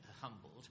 humbled